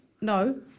No